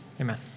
amen